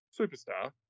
superstar